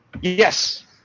Yes